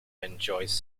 enjoys